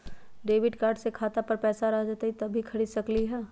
Debit card से खाता पर पैसा रहतई जब ही खरीद सकली ह?